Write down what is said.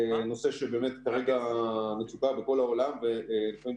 נושא שבאמת כרגע במצוקה בכל העולם וזה